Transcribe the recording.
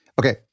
Okay